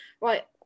right